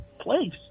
place